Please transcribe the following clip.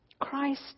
Christ